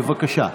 בבקשה.